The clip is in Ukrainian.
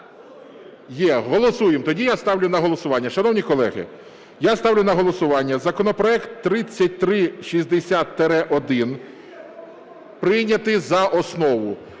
Є, Голосуємо. Тоді я ставлю на голосування. Шановні колеги, я ставлю на голосування законопроект 3360-1 прийняти за основу.